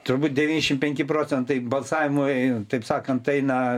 turbūt devyniasdešim penki procentai balsavimo taip sakant eina